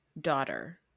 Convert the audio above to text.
daughter